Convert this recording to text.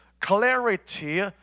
clarity